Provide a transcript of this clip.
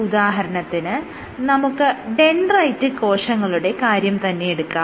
ഉദാഹരണത്തിന് നമുക്ക് ഡെൻഡ്രൈറ്റിക് കോശങ്ങളുടെ കാര്യം തന്നെയെടുക്കാം